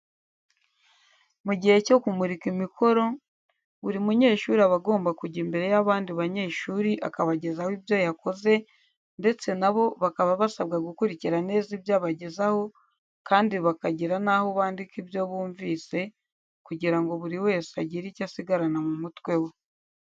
Mu gihe cyo kumurika imikoro, buri munyeshuri aba agomba kujya imbere y'abandi banyeshuri akabagezaho ibyo yakoze ndetse na bo bakaba basabwa gukurikira neza ibyo abagezaho kandi bakagira n'aho bandika ibyo bumvizse kugira ngo buri wese agire icyo asigarana mu mutwe we.